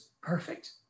perfect